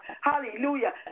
hallelujah